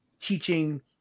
teaching